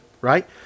right